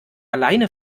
alleine